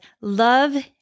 love